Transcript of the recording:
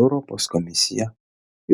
europos komisija